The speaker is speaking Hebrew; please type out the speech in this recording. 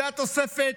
זו התוספת?